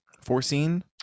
Foreseen